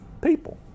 people